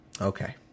Okay